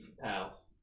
pals